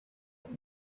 but